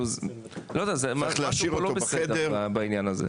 לא יודע משהו פה לא בסדר בעניין הזה.